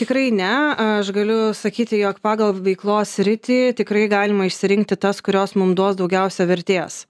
tikrai ne aš galiu sakyti jog pagal veiklos sritį tikrai galima išsirinkti tas kurios mum duos daugiausia vertės